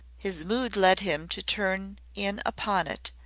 his mood led him to turn in upon it,